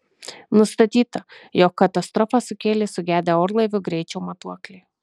nustatyta jog katastrofą sukėlė sugedę orlaivio greičio matuokliai